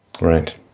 Right